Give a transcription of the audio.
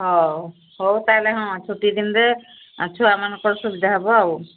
ହଉ ହଉ ତାହେଲେ ହଁ ଛୁଟି ଦିନରେ ଛୁଆମାନଙ୍କର ସୁବିଧା ହେବ ଆଉ